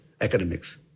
academics